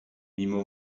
mimo